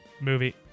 movie